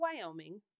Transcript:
Wyoming